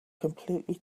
completely